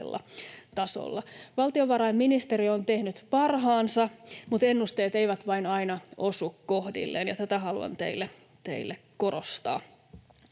Valtiovarainministeriö on tehnyt parhaansa, mutta ennusteet eivät vain aina osu kohdilleen. Tätä haluan teille korostaa.